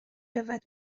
yfed